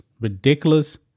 ridiculous